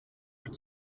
with